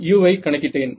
u ஐ கணக்கிட்டேன்